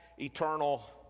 eternal